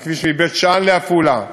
הכביש מבית-שאן לעפולה,